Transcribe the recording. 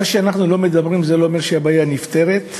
כשאנחנו לא מדברים זה לא אומר שהבעיה נפתרת,